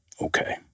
okay